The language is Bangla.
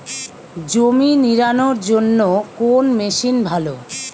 জমি নিড়ানোর জন্য কোন মেশিন ভালো?